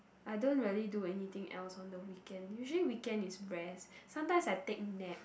I don't really do anything else on the weekend usually weekend is rest sometimes I take nap